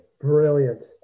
brilliant